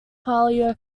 paleo